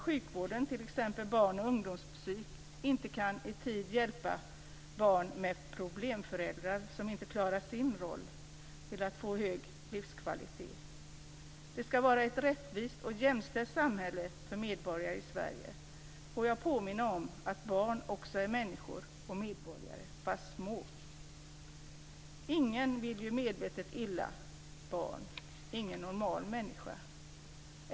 Sjukvården - t.ex. barn och ungdomspsyk - kan inte i tid hjälpa barn med problemföräldrar som inte klarar sin roll när det gäller att få hög livskvalitet. Det skall vara ett rättvist och jämställt samhälle för medborgare i Sverige. Jag vill påminna om att barn också är människor och medborgare, fast små. Ingen vill ju medvetet ett barn någonting illa, i alla fall ingen normal människa.